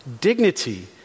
dignity